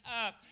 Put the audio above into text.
up